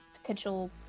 potential